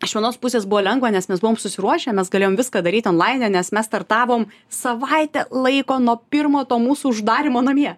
iš vienos pusės buvo lengva nes mes buvom susiruošę mes galėjom viską daryt on laine nes mes startavom savaitę laiko nuo pirmo to mūsų uždarymo namie